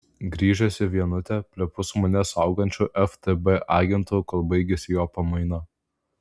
grįžęs į vienutę plepu su mane saugančiu ftb agentu kol baigiasi jo pamaina